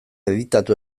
editatu